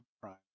prime